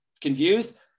confused